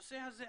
הנושא הזה,